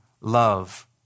love